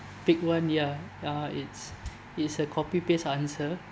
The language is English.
pick one ya uh it's it's a copy paste answer